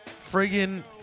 friggin